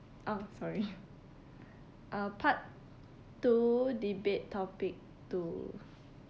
oh sorry uh part two debate topic two